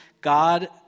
God